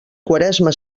quaresma